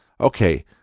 Okay